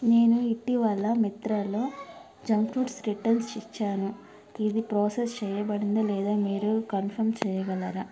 నేను ఇటీవల మిత్రాలో జంక్ ఫ్రూట్స్ రిటన్స్ ఇచ్చాను ఇది ప్రాసెస్ చేయబడిందో లేదో మీరు కంఫర్మ్ చేయగలరా